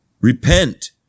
Repent